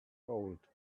old